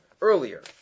earlier